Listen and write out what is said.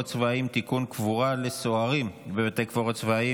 צבאיים (תיקון, קבורה לסוהרים ולכבאים),